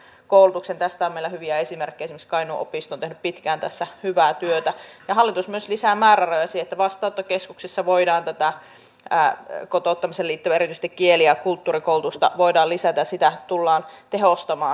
hallituksen vastaus ei valitettavasti kerro siitä että se olisi aidosti valmis ei vain pakon edessä myöntämään virheensä vaan myös korjaamaan toimintatapansa palauttaakseen luottamuksen lainvalmistelun avoimuuteen ja aitoon vuorovaikutukselliseen kuulemiseen joka on suomalaisen sopimusyhteiskunnan ja toimivan parlamentaarisen demokratian perustava edellytys